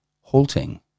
halting